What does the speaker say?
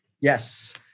Yes